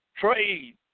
trade